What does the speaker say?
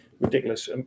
ridiculous